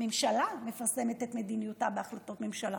ממשלה מפרסמת את מדיניותה בהחלטות ממשלה.